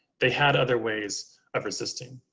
they had other ways of resisting.